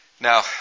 Now